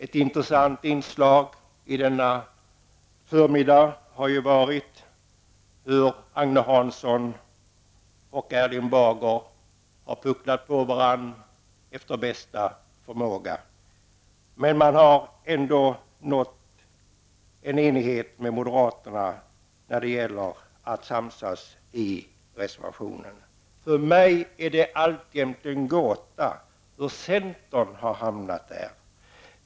Ett intressant inslag i denna förmiddags debatt var när Agne Hansson och Erling Bager pucklade på varandra efter bästa förmåga. Man har ändock nått en enighet tillsammans med moderaterna och samsats i reservationen. För mig är det alljämt en gåta hur centern har hamnat där.